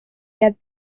get